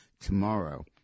tomorrow